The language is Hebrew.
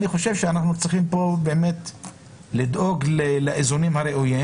אני חושב שאנחנו צריכים לדאוג לאיזונים הראויים